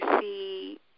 see